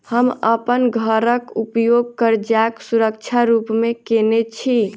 हम अप्पन घरक उपयोग करजाक सुरक्षा रूप मेँ केने छी